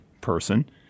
person—